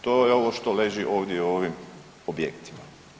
To je ovo što leži ovdje u ovim objektima.